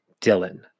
Dylan